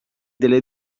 delle